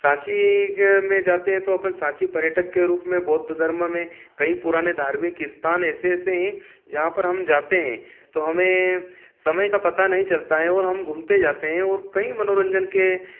सांची में जाते हैं तो अपन सांची पर्यटक के रूप में बौद्ध धर्म में कई पुराने धार्मिक स्थान ऐसे ऐसे हैं जहाँ पर हम जाते हैं तो हमें समय का पता नहीं चलता है और हम घूमते जाते हैं और कई मनोरंजन के